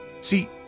See